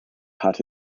hat